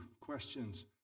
questions